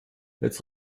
jetzt